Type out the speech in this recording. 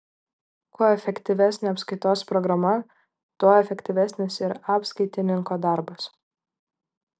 kuo efektyvesnė apskaitos programa tuo efektyvesnis ir apskaitininko darbas